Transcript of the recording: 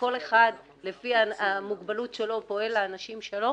כל אחד לפי המוגבלות שלו פועל למען האנשים שלו.